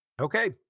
Okay